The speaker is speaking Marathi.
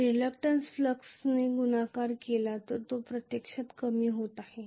तर रिलक्टंन्स फ्लक्सने गुणाकार केली जी प्रत्यक्षात कमी होत आहे